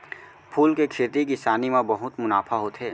फूल के खेती किसानी म बहुत मुनाफा होथे